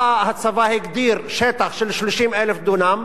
בא הצבא והגדיר שטח של 30,000 דונם